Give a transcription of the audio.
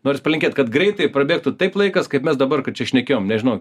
noris palinkėt kad greitai prabėgtų taip laikas kaip mes dabar kad čia šnekėjom nežinau